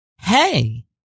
Hey